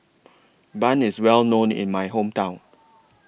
Bun IS Well known in My Hometown